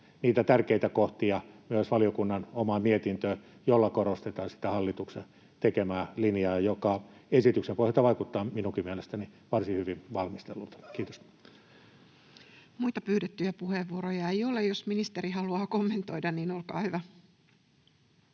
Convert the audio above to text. niitä tärkeitä kohtia, joilla korostetaan sitä hallituksen tekemää linjaa, joka esityksen pohjalta vaikuttaa minunkin mielestäni varsin hyvin valmistellulta. — Kiitos. Muita pyydettyjä puheenvuoroja ei ole. — Jos ministeri haluaa kommentoida, niin olkaa hyvä.